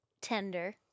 tender